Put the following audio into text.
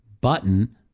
button